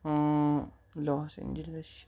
Los Angeles